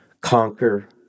conquer